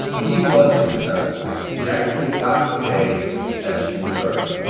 he was successful. the actress got the pay that she deserved.